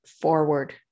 forward